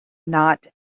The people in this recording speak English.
not